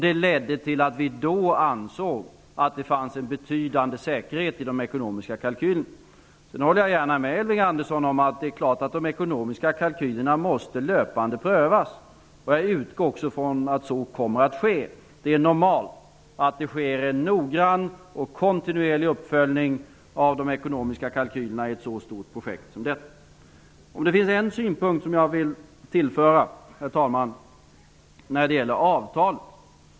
Det ledde till att vi då ansåg att det fanns en betydande säkerhet i de ekonomiska kalkylerna. Jag håller gärna med Elving Andersson om att de ekonomiska kalkylerna givetvis måste löpande prövas. Jag utgår också från att så kommer att ske. Det är normalt att en noggrann och kontinuerlig uppföljning av de ekonomiska kalkylerna sker i ett så stort projekt som detta. Jag vill tillföra en synpunkt när det gäller avtalet.